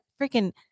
freaking